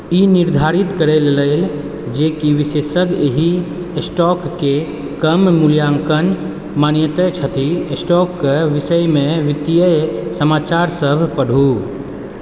ई निर्धारित करैलेल जे की विशेषज्ञ एहि स्टॉकके कम मूल्याङ्कन मानैत छथि स्टॉकके विषयमे वित्तीय समाचारसभ पढ़ू